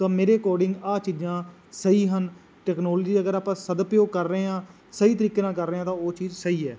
ਤਾਂ ਮੇਰੇ ਅਕੋਰਡਿੰਗ ਆਹ ਚੀਜ਼ਾਂ ਸਹੀ ਹਨ ਟੈਕਨੋਲਜੀ ਅਗਰ ਆਪਾਂ ਸਦ ਉਪਯੋਗ ਕਰ ਰਹੇ ਹਾਂ ਸਹੀ ਤਰੀਕੇ ਨਾਲ ਕਰ ਰਹੇ ਹਾਂ ਤਾਂ ਉਹ ਚੀਜ਼ ਸਹੀ ਹੈ